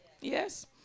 yes